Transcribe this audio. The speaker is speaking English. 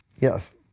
Yes